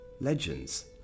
Legends